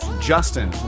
Justin